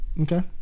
Okay